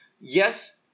Yes